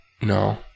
No